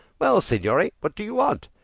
well, signori, what do you want?